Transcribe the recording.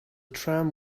tram